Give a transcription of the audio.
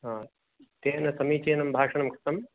हा तेन समीचीनं भाषणम् कृतम्